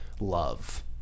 love